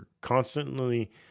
constantly